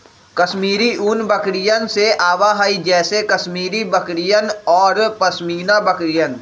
कश्मीरी ऊन बकरियन से आवा हई जैसे कश्मीरी बकरियन और पश्मीना बकरियन